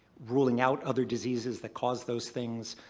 ruling out other diseases that cause those things,